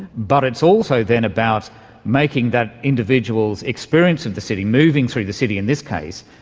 but it's also then about making that individual's experience of the city, moving through the city in this case,